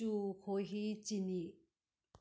ꯆꯨ ꯈꯣꯏꯍꯤ ꯆꯤꯅꯤ